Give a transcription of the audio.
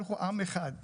אנחנו עם אחד,